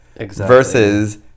versus